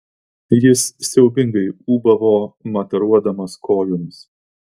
jis siaubingai ūbavo mataruodamas kojomis